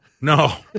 no